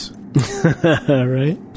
Right